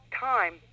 time